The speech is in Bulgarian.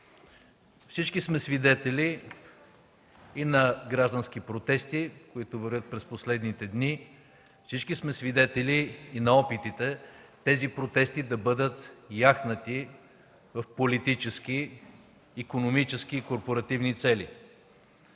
Всички сме свидетели и на граждански протести, които вървят през последните дни, всички сме свидетели и на опитите тези протести да бъдат яхнати в политически, икономически и корпоративни цели.